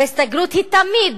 וההסתגרות היא תמיד,